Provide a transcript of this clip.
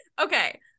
Okay